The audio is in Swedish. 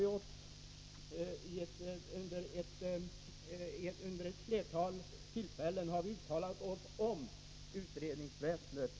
Vid flera tillfällen har vi uttalat oss om utredningsväsendet.